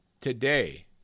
today